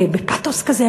בפתוס כזה,